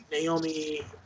Naomi